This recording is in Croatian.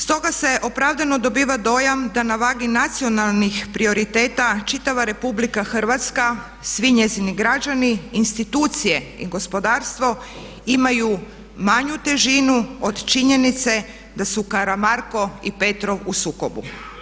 Stoga se opravdano dobiva dojam da na vagi nacionalnih prioriteta čitava RH, svi njezini građani, institucije i gospodarstvo imaju manju težinu od činjenice da su Karamarko i Petrov u sukobu.